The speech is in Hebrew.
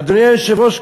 אדוני היושב-ראש,